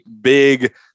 big